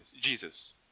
Jesus